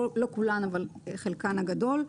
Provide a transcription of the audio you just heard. לא כולן אבל חלקן הגדול,